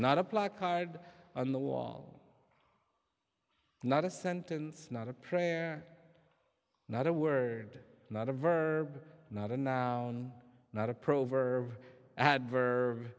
not a placard on the wall not a sentence not a prayer not a word not a verb not a not a prover adver